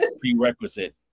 prerequisite